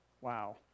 Wow